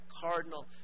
cardinal